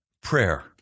prayer